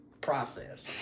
process